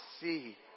see